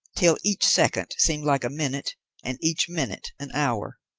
till each second seemed like a minute and each minute an hour.